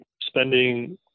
spending